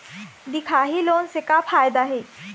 दिखाही लोन से का फायदा हे?